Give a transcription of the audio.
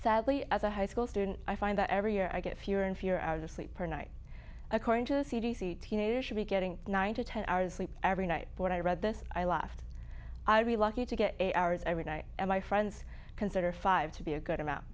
sadly as a high school student i find that every year i get fewer and fewer hours of sleep per night according to the c d c teenagers should be getting nine to ten hours sleep every night but i read this i laughed i'll be lucky to get eight hours every night and my friends consider five to be a good amount